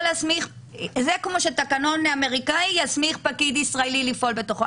זה כמו שתקנון אמריקאי יסמיך פקיד ישראלי לפעול בתוכו.